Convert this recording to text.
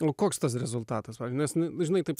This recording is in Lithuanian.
o koks tas rezultatas pavyzdžiui nes žinai taip